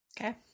Okay